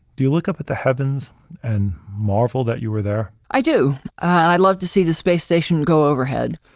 do you look up at the heavens and marvel that you were there? i do. i'd love to see the space station go overhead.